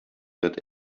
that